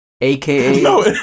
aka